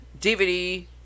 DVD